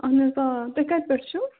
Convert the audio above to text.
اَہَن حظ آ تُہۍ کَتہِ پٮ۪ٹھٕ چھُو